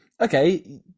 Okay